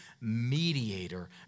mediator